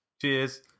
Cheers